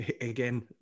again